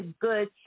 good